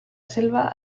selva